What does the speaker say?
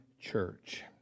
church